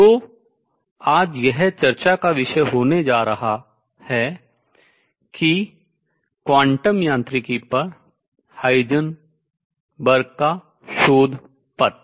तो आज यह चर्चा का विषय यह होने जा रहा है क्वांटम यांत्रिकी पर हाइजेनबर्ग का शोध पत्र